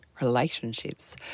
relationships